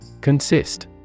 Consist